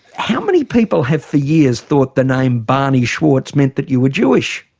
how many people have for years thought the name, barney zwartz, meant that you were jewish?